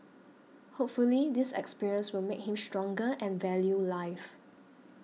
hopefully this experience will make him stronger and value life